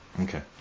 okay